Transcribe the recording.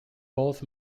both